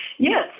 Yes